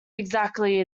exactly